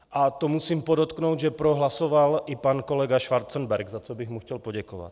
A musím podotknout, že pro hlasovat i pan kolega Schwarzenberg, za což bych mu chtěl poděkovat.